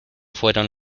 fueron